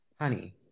Honey